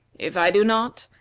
if i do not,